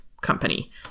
company